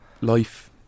life